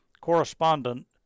Correspondent